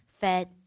fed